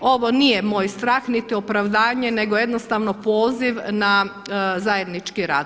Ovo nije moj strah niti opravdanje nego jednostavno poziv na zajednički rad.